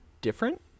different